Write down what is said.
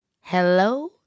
Hello